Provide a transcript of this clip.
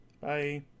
Bye